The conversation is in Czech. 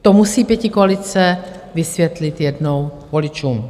To musí pětikoalice vysvětlit jednou voličům.